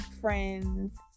friends